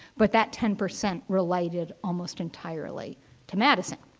but that ten percent related almost entirely to madison.